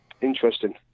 Interesting